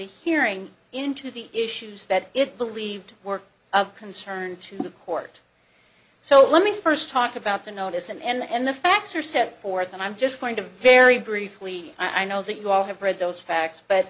hearing into the issues that it believed were of concern to the court so let me first talk about the notice and the facts are set forth and i'm just going to very briefly i know that you all have read those facts but